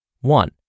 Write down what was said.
One